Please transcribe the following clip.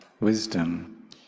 wisdom